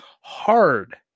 hard